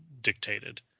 dictated